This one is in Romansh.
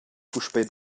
puspei